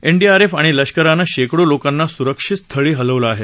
NDRF आणि लष्करानं शेकडो लोकांना स्रक्षित स्थळी हलवलं आहे